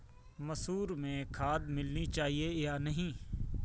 मसूर में खाद मिलनी चाहिए या नहीं?